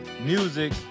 Music